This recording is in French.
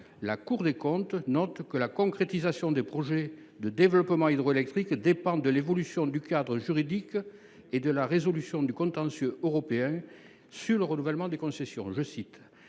la Cour des comptes note que la concrétisation des projets de développement hydroélectrique dépend de « l’évolution du cadre juridique » et de « la résolution du contentieux européen sur le renouvellement des concessions